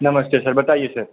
नमस्ते सर बताइए सर